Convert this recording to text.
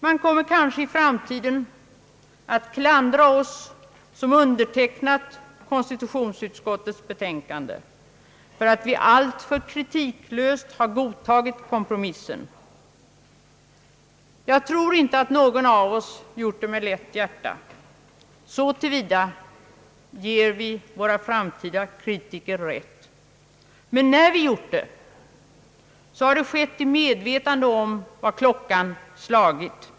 Man kommer kanske i framtiden att klandra oss som undertecknat konstitutionsutskottets be tänkande för att vi alltför kritiklöst har godtagit kompromissen. Jag tror inte att någon av oss gjort det med lätt hjärta; så till vida ger vi våra framtida kritiker rätt. Vi har dock godtagit kompromissen i medvetande om vad klockan slagit.